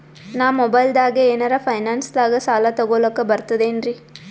ನಾ ಮೊಬೈಲ್ದಾಗೆ ಏನರ ಫೈನಾನ್ಸದಾಗ ಸಾಲ ತೊಗೊಲಕ ಬರ್ತದೇನ್ರಿ?